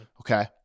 Okay